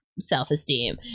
self-esteem